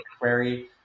query